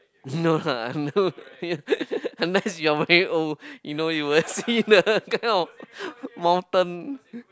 no lah no yeah unless you are very old you know you will see the kind of mountain